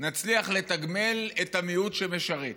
נצליח לתגמל את המיעוט שמשרת.